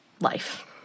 life